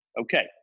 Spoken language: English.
Okay